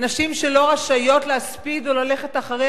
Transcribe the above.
שנשים לא רשאיות להספיד או ללכת אחרי